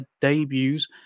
debuts